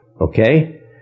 Okay